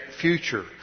future